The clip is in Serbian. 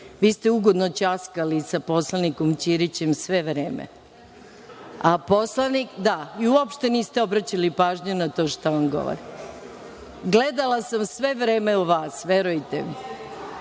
Vi ste ugodno ćaskali sa poslanikom Ćirićem sve vreme i uopšte niste obraćali pažnju na to šta on govori. Gledala sam sve vreme u vas, verujte mi,